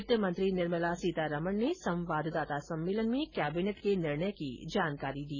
वित्त मंत्री निर्मला सीतारमण ने संवाददाता सम्मेलन में कैबिनेट के निर्णय की जानकारी दी